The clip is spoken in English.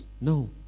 No